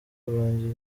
kurangiza